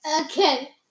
Okay